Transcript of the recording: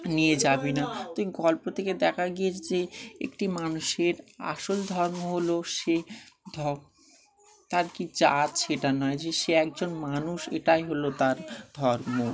নিয়ে যাবি না তো গল্প থেকে দেখা গিয়েছে যে একটি মানুষের আসল ধর্ম হলো সে তার কি জাত সেটা নয় যে সে একজন মানুষ এটাই হলো তার ধর্ম